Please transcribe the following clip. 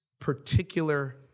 particular